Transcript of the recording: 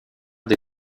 des